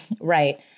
Right